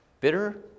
bitter